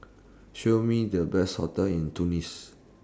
Show Me The Best hotels in Tunis